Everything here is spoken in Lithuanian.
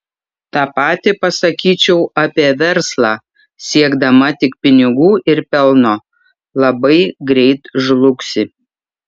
tą patį pasakyčiau apie verslą siekdama tik pinigų ir pelno labai greit žlugsi